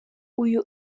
uyu